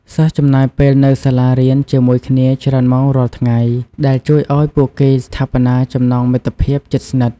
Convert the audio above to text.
សិស្សចំណាយពេលនៅសាលាជាមួយគ្នាច្រើនម៉ោងរាល់ថ្ងៃ ដែលជួយឲ្យពួកគេស្ថាបនាចំណងមិត្តភាពជិតស្និទ្ធ។